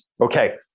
okay